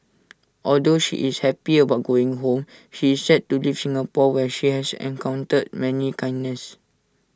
although she is happy about going home she is sad to leave Singapore where she has encountered much kindness